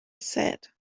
said